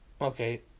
okay